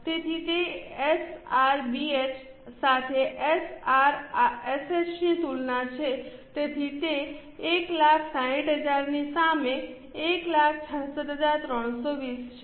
તેથી તે એસઆરબીએચ સાથે એસઆરએસએચની તુલના છે તેથી તે 160000 ની સામે 166320 છે